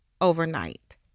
overnight